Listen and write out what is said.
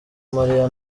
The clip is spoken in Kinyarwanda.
maria